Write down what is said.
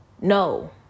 no